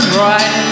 right